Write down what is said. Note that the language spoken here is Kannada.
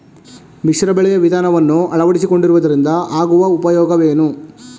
ಮಿಶ್ರ ಬೆಳೆಯ ವಿಧಾನವನ್ನು ಆಳವಡಿಸಿಕೊಳ್ಳುವುದರಿಂದ ಆಗುವ ಉಪಯೋಗವೇನು?